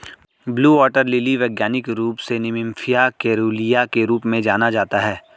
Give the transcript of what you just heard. blue water lily वैज्ञानिक रूप से निम्फिया केरूलिया के रूप में जाना जाता है